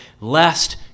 lest